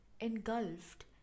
engulfed